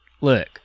look